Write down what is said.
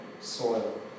soil